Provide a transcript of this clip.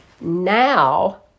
Now